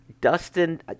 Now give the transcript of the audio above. Dustin